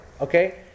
okay